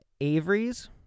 Averys